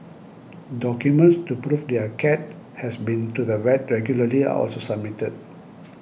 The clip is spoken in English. documents to prove their cat has been to the vet regularly are also submitted